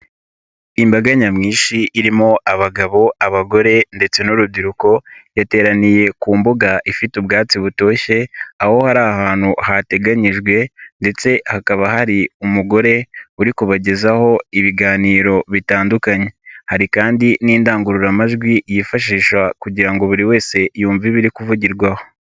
Imbaga nyamwinshi irimo abagabo, abagore ndetse n'urubyiruko yateraniye ku mbuga ifite ubwatsi butoshye, aho hari ahantu hateganyijwe ndetse hakaba hari umugore uri kubagezaho ibiganiro bitandukanye. Hari kandi n'indangururamajwi yifashisha kugira ngo buri wese yumve ibiri kuvugirwa aho.